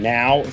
now